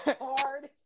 hard